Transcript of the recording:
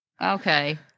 Okay